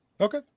Okay